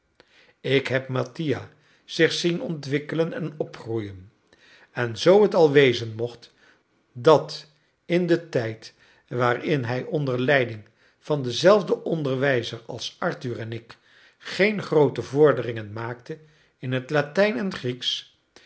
ik heb mattia zich zien ontwikkelen en opgroeien en zoo het al wezen mocht dat in den tijd waarin hij onder leiding van denzelfden onderwijzer als arthur en ik geen groote vorderingen maakte in het latijn en grieksch